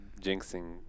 jinxing